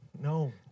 No